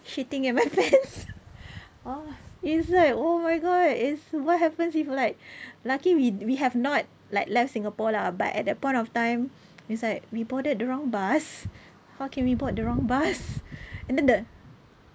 shitting in my pants orh it's like oh my god it's what happens if like lucky we we have not like left Singapore lah but at that point of time it's like we boarded the wrong bus how can we board the wrong bus and then the